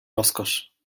rozkosz